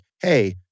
hey